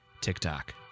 TikTok